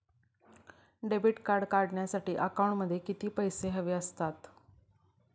Debit card काढण्यासाठी अकाउंटमध्ये किती पैसे हवे असतात?